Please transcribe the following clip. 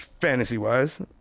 fantasy-wise –